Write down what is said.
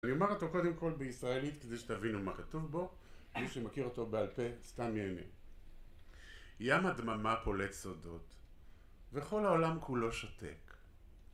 אני אומר אותו קודם כל בישראלית, כדי שתבינו מה כתוב בו, מי שמכיר אותו בעל פה, סתם יהנה. ים הדממה פולט סודות, וכל העולם כולו שותק.